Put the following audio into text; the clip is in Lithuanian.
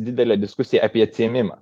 didelė diskusija apie atsiėmimą